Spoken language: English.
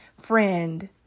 friend